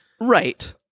right